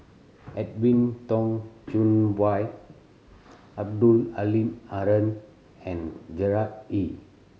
Edwin Tong Chun Fai Abdul Halim Haron and Gerard Ee